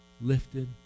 lifted